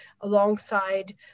alongside